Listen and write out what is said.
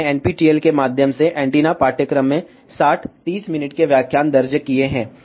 मैंने NPTEL के माध्यम से एंटीना पाठ्यक्रम में साठ 30 मिनट के व्याख्यान दर्ज किए हैं